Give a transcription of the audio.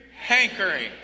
hankering